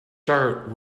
start